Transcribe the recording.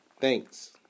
Thanks